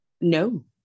no